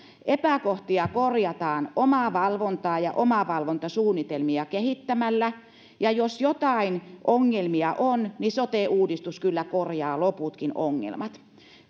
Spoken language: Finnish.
epäkohtia korjataan omavalvontaa ja omavalvontasuunnitelmia kehittämällä ja jos jotain ongelmia on niin sote uudistus kyllä korjaa loputkin ongelmat